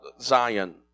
Zion